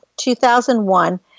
2001